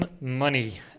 Money